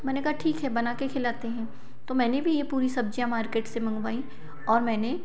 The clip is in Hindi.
मैंने कहा ठीक है बनाके खिलाती हूँ तो मैंने भी ये पूरी सब्ज़ियाँ मार्केट से मंगवाईं और मैंने